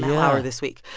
lauer this week.